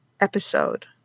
episode